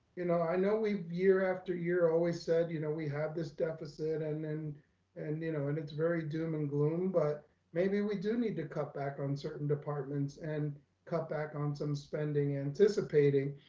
you know i know we've year after year always said, you know, we have this deficit and and you know, and it's very doom and gloom, but maybe we do need to cut back on certain departments and cut back on some spending anticipating.